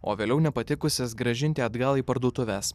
o vėliau nepatikusias grąžinti atgal į parduotuves